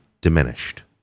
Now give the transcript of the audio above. diminished